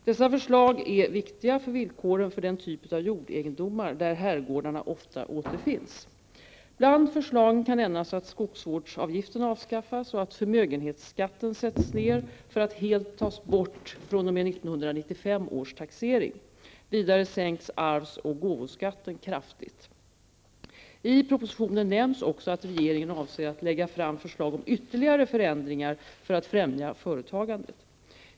Dessa förslag är viktiga för villkoren för den typ av jordegendomar där herrgårdarna oftast återfinns. Bland förslagen kan nämnas att skogsvårdsavgiften avskaffas och att förmögenhetsskatten sätts ned för att helt tas bort fr.o.m. 1995 års taxering. Vidare sänks arvs och gåvoskatten kraftigt. I propositionen nämns också att regeringen avser att lägga fram förslag om ytterligare förändringar för att främja företagandet.